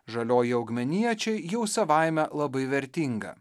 žalioji augmenija čia jau savaime labai vertinga